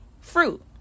fruit